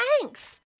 thanks